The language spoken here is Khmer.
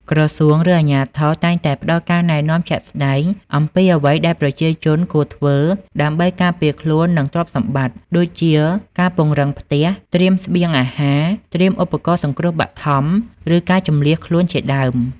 ក្រសួង ឬអាជ្ញាធរតែងតែផ្តល់ការណែនាំជាក់ស្តែងអំពីអ្វីដែលប្រជាជនគួរធ្វើ ដើម្បីការពារខ្លួន និងទ្រព្យសម្បត្តិ ដូចជា ការពង្រឹងផ្ទះ ត្រៀមស្បៀងអាហារ ត្រៀមឧបករណ៍សង្គ្រោះបឋម ឬការជម្លៀសខ្លួនជាដើម។